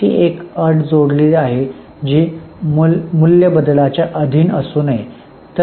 आणखी एक अट जोडली आहे जी मूल्यबदलांच्या अधीन असू नये